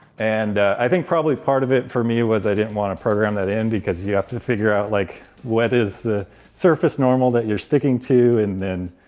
and i think probably part of it for me was i didn't want to program that in, because you have to figure out, like, what is the surface normal that you're sticking to. and then,